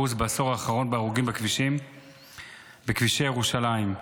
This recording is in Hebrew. בעשור האחרון בהרוגים בכבישי ירושלים,